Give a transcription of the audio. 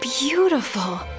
beautiful